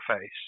face